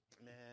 Man